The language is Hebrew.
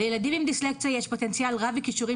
לילדים עם דיסלקציה יש פוטנציאל רב וכישורים